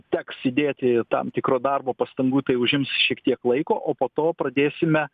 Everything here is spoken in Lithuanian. teks įdėti tam tikro darbo pastangų tai užims šiek tiek laiko o po to pradėsime